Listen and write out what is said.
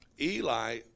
Eli